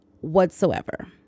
whatsoever